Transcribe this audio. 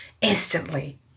instantly